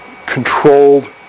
controlled